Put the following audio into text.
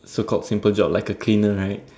so called simple job like a cleaner right